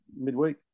midweek